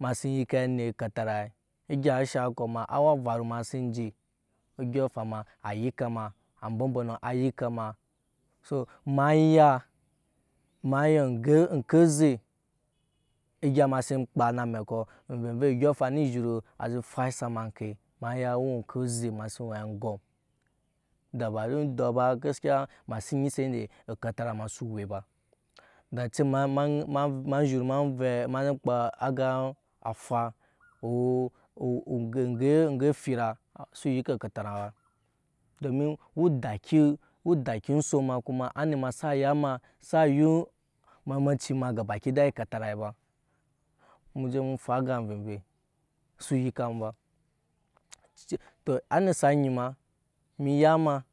ema si yike anit ekatarai egga shaŋ kɔ ma awa varu ema ma si enje odyuɔŋ afaŋ ma a yike a ma ambɔ mbɔnɔ a yike ma so ema ya oŋke oze egya ema si kpaa ema amɛkɔ ameve vei odyɔŋ ema ya owe ŋke oze ema si aŋgom da ba don edɔɔ ba gaskiya ema si nyise ende ekatara ema sa owe ba nanci ema zhura ema vɛɛ ema kpaa afa o ogge efira su ike ekatara ba domin odaki ensɔk ma kuma anit ma sa ma sa yu muhimenci ema gabakida ekatara muje mu fwa aga ame vei su yika mu ba to anit sa nyi ma emi ya ema.